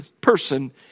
person